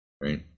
right